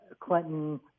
Clinton